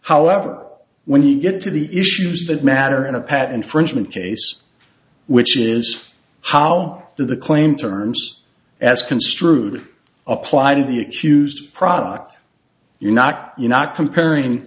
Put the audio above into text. however when you get to the issues that matter in a pat and frenchmen case which is how the claim terms as construed apply to the accused products you're not you're not comparing